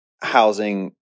housing